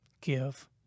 give